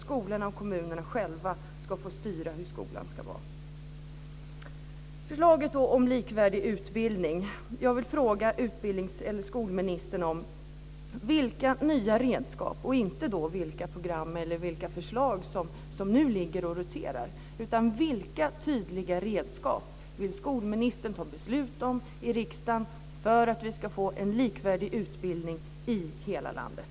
Skolorna och kommunerna ska själva få styra hur skolan ska vara. Så till förslaget om likvärdig utbildning. Jag vill fråga skolministern vilka nya redskap - inte vilka program och vilka förslag som nu roterar - skolministern vill ta beslut om i riksdagen för att vi ska få en likvärdig utbildning i hela landet.